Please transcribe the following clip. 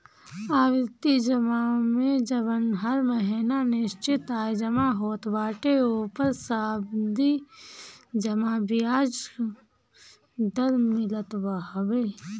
आवर्ती जमा में जवन हर महिना निश्चित आय जमा होत बाटे ओपर सावधि जमा बियाज दर मिलत हवे